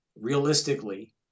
realistically